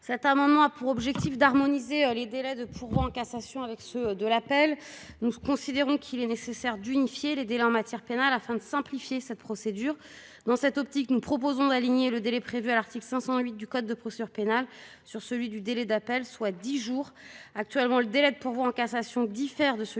Cukierman. Cet amendement a pour objet d'harmoniser les délais de pourvoi en cassation avec ceux de l'appel. Nous considérons qu'il est nécessaire d'unifier les délais en matière pénale, afin de simplifier la procédure. Dans cette optique, nous proposons d'aligner le délai prévu à l'article 568 du code de procédure pénale sur celui du délai d'appel, soit dix jours. Actuellement, le délai de pourvoi en cassation diffère de celui